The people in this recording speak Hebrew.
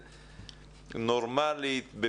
נורמלית,